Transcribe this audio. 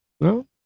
No